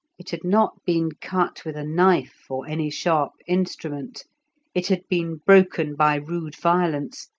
it had not been cut with a knife or any sharp instrument it had been broken by rude violence,